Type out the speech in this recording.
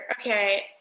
okay